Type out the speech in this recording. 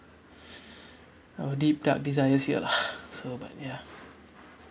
our deep dark desires here lah so but ya